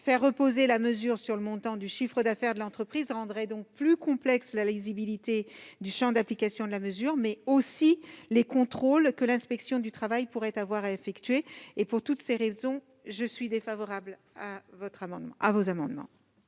Faire reposer la mesure sur le montant du chiffre d'affaires de l'entreprise rendrait plus complexe la lisibilité du champ d'application de la mesure, mais aussi les contrôles que l'inspection du travail pourrait effectuer. Pour toutes ces raisons, je suis défavorable à ces amendements.